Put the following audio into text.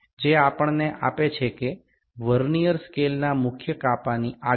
এটি আমাদের দেয় যে কোনও ভার্নিয়ার স্কেল মূল স্কেল বিভাগের চেয়ে কতগুলি বিভাগ এগিয়ে